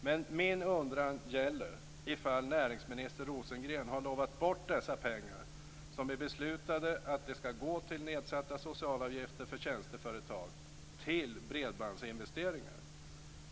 Min undran gäller om näringsminister Rosengren har lovat bort dessa pengar, som vi beslutade ska gå till nedsatta socialavgifter för tjänsteföretag, till bredbandsinvesteringar.